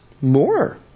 more